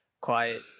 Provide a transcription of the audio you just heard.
quiet